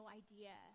idea